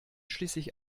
schließlich